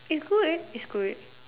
it's good it's good